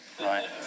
right